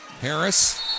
Harris